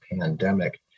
pandemic